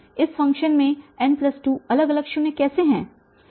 इस फ़ंक्शन में n2 अलग अलग शून्य कैसे हैं